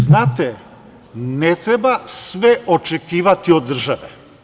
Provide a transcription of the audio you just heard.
Znate, ne treba sve očekivati od države.